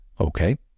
Okay